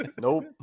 Nope